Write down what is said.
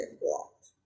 blocked